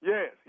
Yes